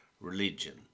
religion